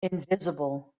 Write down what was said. invisible